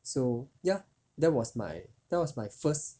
so ya that was my that was my first